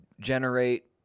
generate